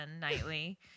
nightly